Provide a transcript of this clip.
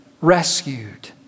rescued